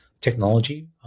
technology